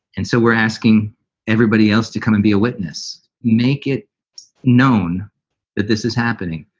and so we're asking everybody else to kind of be a witness. make it known that this is happening.